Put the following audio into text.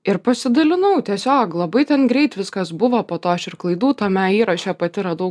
ir pasidalinau tiesiog labai ten greit viskas buvo po to aš ir klaidų tame įraše pati radau